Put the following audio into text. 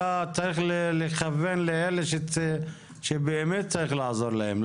אתה צריך לכוון לאלה שבאמת צריך לעזור להם,